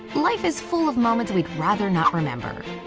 life is full of moments we'd rather not remember.